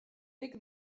lick